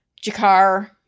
Jakar